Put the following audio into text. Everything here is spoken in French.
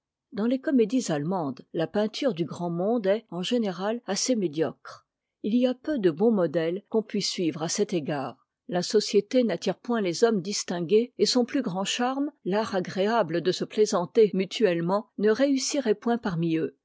dans les comédies allemandes la peinture du grand monde est en général assez médiocre il y a peu de bons modèles qu'on puisse suivre cet égard la société n'attire point les hommes distingués et son plus grand charme l'art agréable de se plaisanter mutuellement ne réussirait point parmi eux